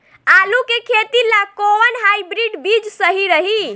आलू के खेती ला कोवन हाइब्रिड बीज सही रही?